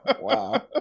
Wow